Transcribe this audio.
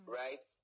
right